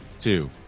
two